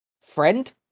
friend